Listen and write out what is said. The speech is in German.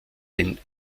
den